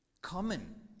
common